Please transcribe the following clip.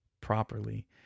properly